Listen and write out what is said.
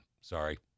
Sorry